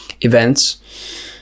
events